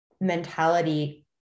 mentality